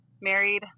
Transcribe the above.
married